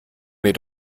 mir